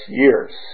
years